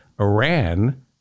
Iran